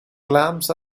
clams